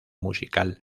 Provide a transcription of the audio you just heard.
musical